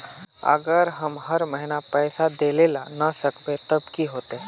अगर हम हर महीना पैसा देल ला न सकवे तब की होते?